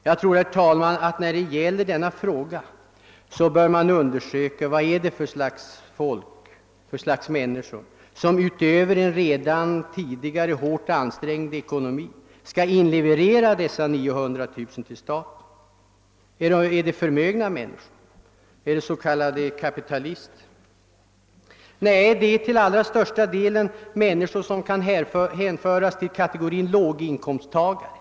Jag tror, herr talman, att man i detta sammanhang bör undersöka vad det är för slags människor, som trots en redan tidigare hårt ansträngd ekonomi skall inleverera dessa 900 000 kr. till staten. Är det förmögna människor, är det s.k. kapitalister? Nej, det är till allra största delen människor som kan hänföras till kategorin låginkomsttagare.